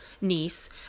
niece